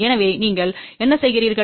எனவே நீங்கள் என்ன செய்கிறீர்கள்